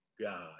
God